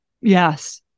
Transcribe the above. Yes